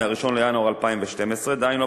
מ-1 בינואר 2012. דהיינו,